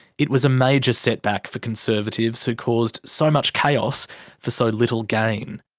it was a major setback for conservatives who caused so much chaos for so little gain.